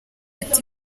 ati